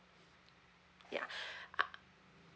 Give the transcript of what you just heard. yeah ah